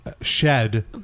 shed